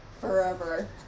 Forever